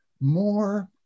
more